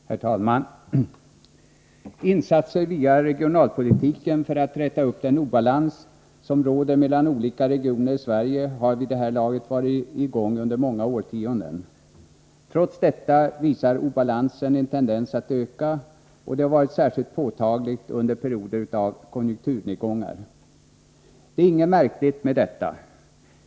Herr talman! Insatser via regionalpolitiken för att räta upp den obalans som råder mellan olika regioner i Sverige har vid det här laget varit aktuella under många årtionden. Trots detta visar obalansen en tendens att förstärkas, och det har varit särskilt påtagligt under perioder av konjukturnedgångar. Det är inget märkligt med detta.